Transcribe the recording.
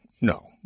no